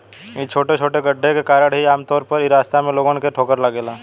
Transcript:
इ छोटे छोटे गड्ढे के कारण ही आमतौर पर इ रास्ता में लोगन के ठोकर लागेला